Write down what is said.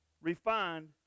refined